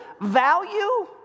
value